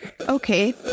Okay